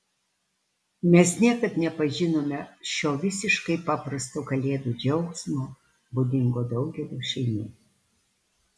mes niekad nepažinome šio visiškai paprasto kalėdų džiaugsmo būdingo daugeliui šeimų